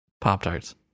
Pop-Tarts